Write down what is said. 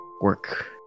work